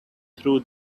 true